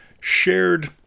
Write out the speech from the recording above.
shared